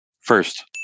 First